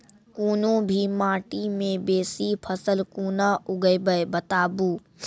कूनू भी माटि मे बेसी फसल कूना उगैबै, बताबू?